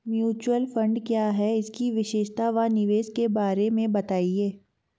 Mutual fund क्या है इसकी विशेषता व निवेश के बारे में बताइये?